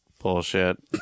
bullshit